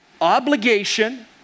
obligation